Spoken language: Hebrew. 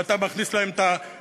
ואתה מכניס להם את הרב-תרבותיות,